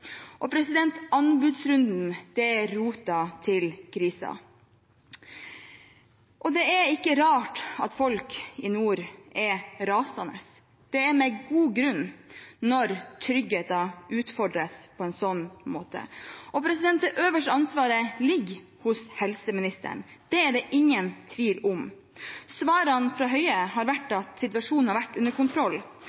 Anbudsrunden er roten til krisen. Det er ikke rart at folk i nord er rasende. Det er med god grunn når tryggheten utfordres på en sånn måte. Det øverste ansvaret ligger hos helseministeren. Det er det ingen tvil om. Svarene fra Bent Høie har vært